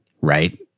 right